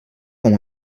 com